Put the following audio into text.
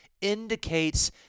indicates